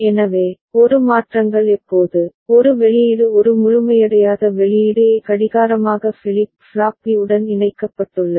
எனவே ஒரு மாற்றங்கள் எப்போது ஒரு வெளியீடு ஒரு முழுமையடையாத வெளியீடு A கடிகாரமாக ஃபிளிப் ஃப்ளாப் பி உடன் இணைக்கப்பட்டுள்ளது